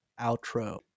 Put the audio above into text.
outro